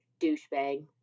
douchebag